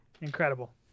Incredible